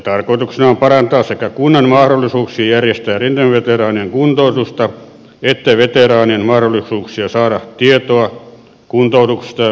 tarkoituksena on parantaa sekä kunnan mahdollisuuksia järjestää rintamaveteraanien kuntoutusta että veteraanien mahdollisuuksia saada tietoa kuntoutuksesta ja muista palveluista